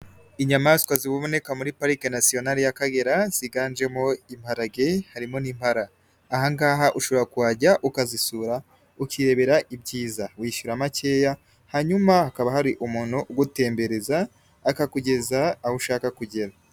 Inyamaswa ziboneka muri Parike National y'Akagera ziganjemo imparage harimo n'impara, aha ngaha ushobora kuhajya ukazisura ukirebera ibyiza, wishyura makeya hanyuma hakaba hari umuntu ugutembereza akakugeza aho ushaka kugera.